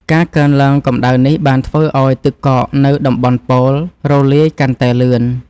ការកើនឡើងកម្ដៅនេះបានធ្វើឱ្យទឹកកកនៅតំបន់ប៉ូលរលាយកាន់តែលឿន។